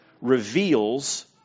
reveals